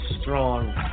strong